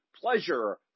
pleasure